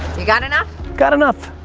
you got enough? got enough.